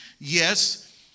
Yes